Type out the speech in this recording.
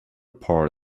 part